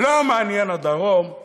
לא מעניין הדרום,